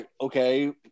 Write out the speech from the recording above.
okay